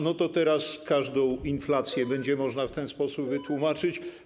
No to teraz każdą inflację będzie można w ten sposób wytłumaczyć.